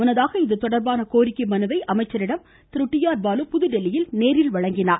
முன்னதாக இது தொடர்பான கோரிக்கை மனுவை அமைச்சரிடம் திரு டி ஆர் பாலு புதுதில்லியில் வழங்கினார்